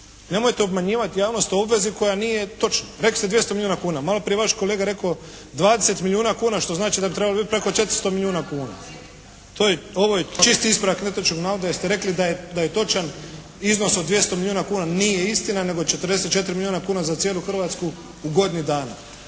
Nemojte obmanjivati javnost o obvezi koja nije točna. Rekli ste 200 milijuna kuna. Malo prije je vaš kolega rekao 20 milijuna kuna što znači da bi trebalo biti preko 400 milijuna kuna. Ovo je čisti ispravak netočnog navoda jer ste rekli da je točan iznos od 200 milijuna kuna. Nije istina, nego je 44 milijuna kuna za cijelu Hrvatsku u godini dana.